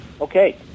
Okay